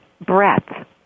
breath